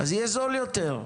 אז יהיה זול יותר.